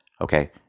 Okay